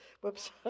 Whoops